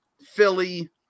Philly